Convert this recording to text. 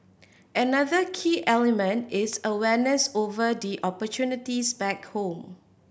another key element is awareness over the opportunities back home